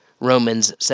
Romans